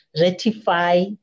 ratify